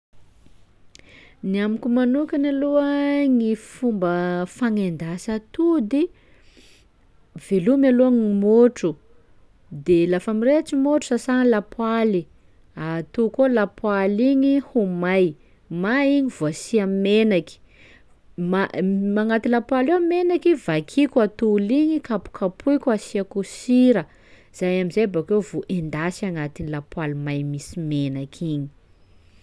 Gny amiko manokany aloha gny fomba fanendasa atody: velomy aloha gny môtro, de lafa mirehitsy môtro sasa lapoaly, atôko eo lapoaly igny ho may, may igny vao asia menaky, ma- m- agnaty lapoaly ao menaky vakiako atoly igny kapokapohiko asiako sira, zay am'izay bakeo vao endasy agnatin'ny lapoaly may misy menaky igny.